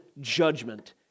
judgment